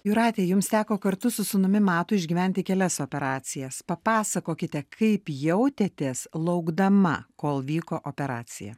jūrate jums teko kartu su sūnumi matu išgyventi kelias operacijas papasakokite kaip jautėtės laukdama kol vyko operacija